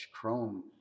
chrome